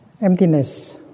Emptiness